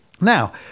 Now